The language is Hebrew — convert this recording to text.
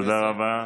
תודה רבה.